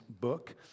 book